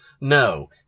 No